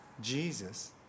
Jesus